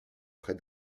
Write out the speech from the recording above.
près